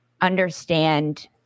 understand